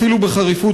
אפילו בחריפות,